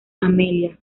amelia